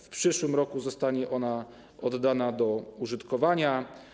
W przyszłym roku zostanie ona oddana do użytkowania.